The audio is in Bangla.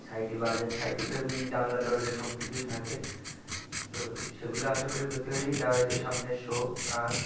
সাইডটি বাসের ছাইটি তো এমনি জানলা দরজা সব কিছুই থাকে তো সেগুলো আশা করি ক্ষতি হয়নিই যাওয়া হয়েছে সামনের শো কাঁচ